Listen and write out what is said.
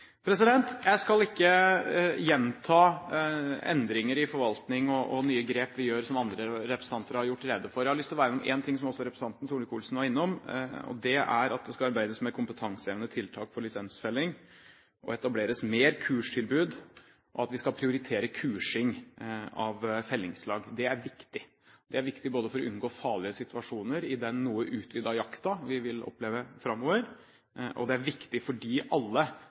gjenta de endringene i forvaltningen og de nye grepene vi gjør, som andre representanter har gjort rede for. Jeg har lyst til å ta én ting, som også Solvik-Olsen var innom. Det skal arbeides med kompetansehevende tiltak for lisensfelling og etablering av flere kurstilbud, og vi skal prioritere kursing av fellingslag. Det er viktig. Det er viktig både for å unngå farlige situasjoner i den noe utvidede jakten vi vil oppleve framover, og det er viktig fordi alle